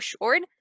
short